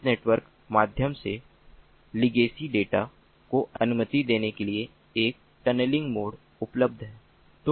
विशेष network माध्यम से legacy data को अनुमति देने के लिए एक टनलिंग मोड उपलब्ध है